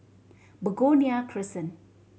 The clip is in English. Begonia Crescent